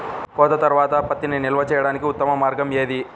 కోత తర్వాత పత్తిని నిల్వ చేయడానికి ఉత్తమ మార్గం ఏది?